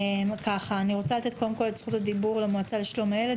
אני רוצה לתת את זכות הדיבור למועצה לשלום הילד,